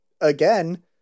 again